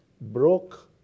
broke